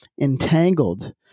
entangled